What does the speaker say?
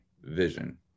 vision